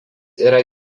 yra